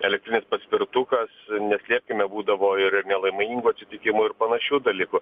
elektrinis paspirtukas neslėpkime būdavo ir nelaimingų atsitikimų ir panašių dalykų